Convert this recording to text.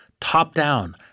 top-down